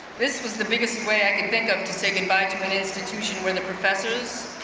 this was the biggest way i can think of to say goodbye to an institution where the professors,